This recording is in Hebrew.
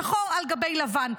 שחור על גבי לבן,